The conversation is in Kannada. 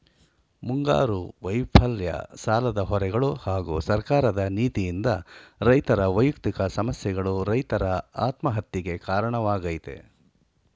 ಮುಂಗಾರು ವೈಫಲ್ಯ ಸಾಲದ ಹೊರೆಗಳು ಹಾಗೂ ಸರ್ಕಾರದ ನೀತಿಯಿಂದ ರೈತರ ವ್ಯಯಕ್ತಿಕ ಸಮಸ್ಯೆಗಳು ರೈತರ ಆತ್ಮಹತ್ಯೆಗೆ ಕಾರಣವಾಗಯ್ತೆ